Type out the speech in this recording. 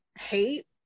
hate